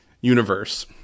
universe